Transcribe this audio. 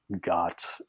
got